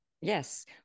Yes